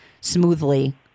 smoothly